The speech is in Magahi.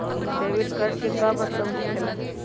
डेबिट कार्ड के का मतलब होकेला?